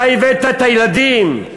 אתה הבאת את הילדים,